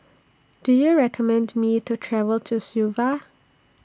Do YOU recommend Me to travel to Suva